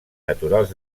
naturals